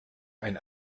ein